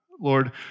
Lord